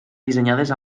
dissenyades